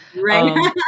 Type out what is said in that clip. Right